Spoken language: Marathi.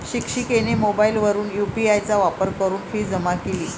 शिक्षिकेने मोबाईलवरून यू.पी.आय चा वापर करून फी जमा केली